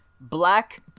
Black